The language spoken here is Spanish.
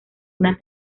una